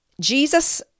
Jesus